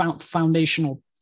foundational